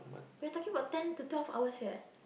we're talking about ten to twelve hours leh